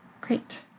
Great